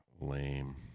Lame